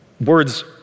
words